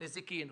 נזיקין,